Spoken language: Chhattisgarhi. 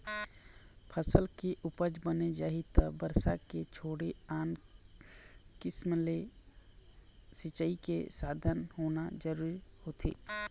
फसल के उपज बने चाही त बरसा के छोड़े आन किसम ले सिंचई के साधन होना जरूरी होथे